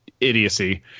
idiocy